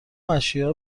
اشیاء